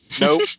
Nope